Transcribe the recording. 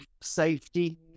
safety